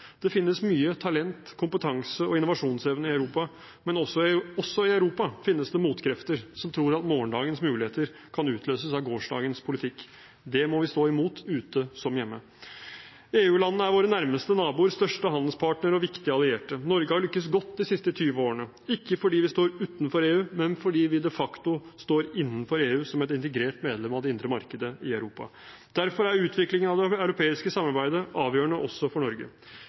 Det finnes mye talent, kompetanse og innovasjonsevne i Europa, men også i Europa finnes det motkrefter som tror at morgendagens muligheter kan utløses av gårsdagens politikk. Det må vi stå imot – ute som hjemme. EU-landene er våre nærmeste naboer, største handelspartnere og viktige allierte. Norge har lyktes godt de siste tyve årene, ikke fordi vi står utenfor EU, men fordi vi de facto står innenfor EU, som et integrert medlem av det indre markedet i Europa. Derfor er utviklingen av det europeiske samarbeidet avgjørende også for Norge.